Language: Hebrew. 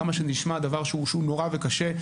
כמה שנשמע דבר שהוא נורא וקשה,